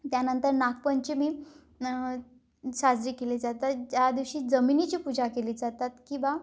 त्यानंतर नागपंचमी न साजरी केली जातात ज्या दिवशी जमिनीची पूजा केली जातात की बा